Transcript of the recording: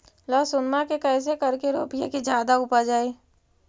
लहसूनमा के कैसे करके रोपीय की जादा उपजई?